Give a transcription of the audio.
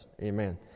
Amen